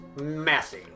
Messy